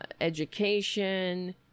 education